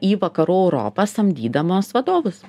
į vakarų europą samdydamos vadovus